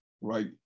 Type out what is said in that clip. right